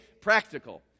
Practical